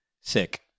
sick